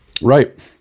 Right